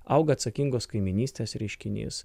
auga atsakingos kaimynystės reiškinys